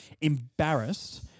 embarrassed